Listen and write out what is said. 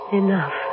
enough